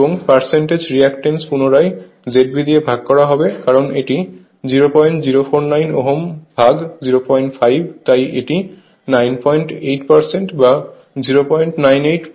এবং percentage reactance পূনরায় ZB দিয়ে ভাগ করা হবে কারণ এটি 0049 Ω ভাগ 05 তাই এটি 98 বা 098 প্রতি ইউনিট